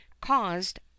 caused